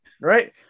Right